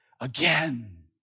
Again